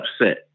upset